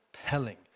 compelling